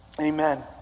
Amen